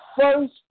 first